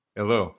hello